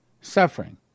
suffering